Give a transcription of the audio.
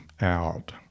out